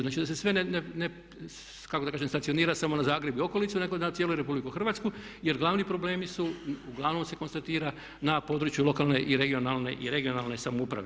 Znači da se sve ne kako da kažem stacionira samo na Zagreb i okolicu nego na cijelu RH jer glavni problemi su uglavnom se konstatira na području lokalne i regionalne samouprave.